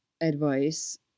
advice